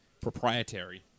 proprietary